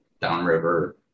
Downriver